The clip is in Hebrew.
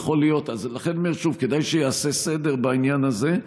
לכן אני אומר שוב: כדאי שייעשה סדר בעניין הזה.